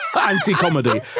anti-comedy